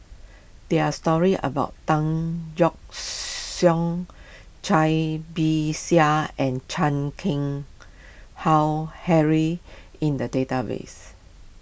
there are stories about Tan Yeok Cai Bixia and Chan Keng Howe Harry in the database